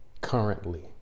currently